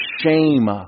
shame